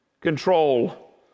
control